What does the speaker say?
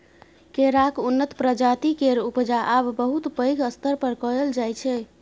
केराक उन्नत प्रजाति केर उपजा आब बहुत पैघ स्तर पर कएल जाइ छै